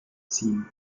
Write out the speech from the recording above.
ziehen